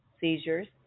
seizures